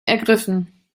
ergriffen